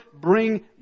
bring